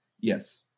Yes